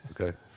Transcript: Okay